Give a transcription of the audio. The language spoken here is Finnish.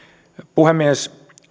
puhemies